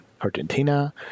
Argentina